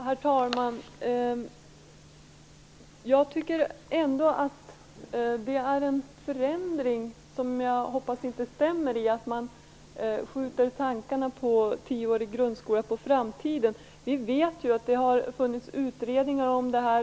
Herr talman! Jag tycker ändå att det är en förändring som jag hoppas inte stämmer. Man skjuter tankarna på tioårig grundskola ytterligare på framtiden. Vi vet att det har gjorts utredningar om det här.